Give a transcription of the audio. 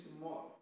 more